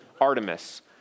Artemis